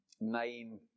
nine